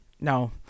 No